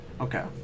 Okay